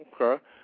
Okay